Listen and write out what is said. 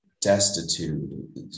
destitute